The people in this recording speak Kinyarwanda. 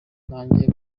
ntangiye